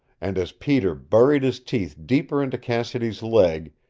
and as peter buried his teeth deeper into cassidy's leg,